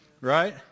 right